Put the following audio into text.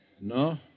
No